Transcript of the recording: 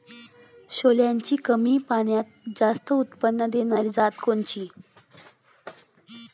सोल्याची कमी पान्यात जास्त उत्पन्न देनारी जात कोनची?